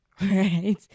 right